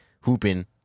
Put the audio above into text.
hooping